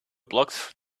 blocks